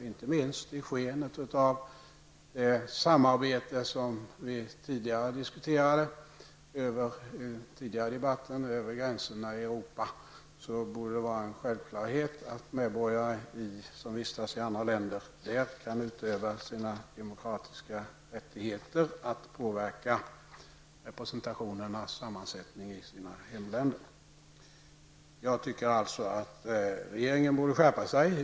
Inte minst i skenet av det samarbete över gränserna i Europa som tidigare har diskuterats borde det vara en självklarhet att medborgare som vistas i andra länder där kan utöva sin demokratiska rätt att påverka representationernas sammansättning i sina hemländer. Jag tycker alltså att regeringen borde skärpa sig.